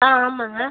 on ஆமாம்ங்க